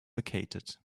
vacated